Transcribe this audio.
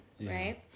right